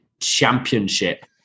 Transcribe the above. championship